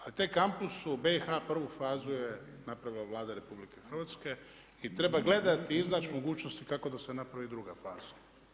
A taj kampus u BIH prvu fazu je napravila Vlada RH i treba gledati i iznaći mogućnosti kako da se napravi druga faza.